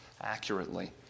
accurately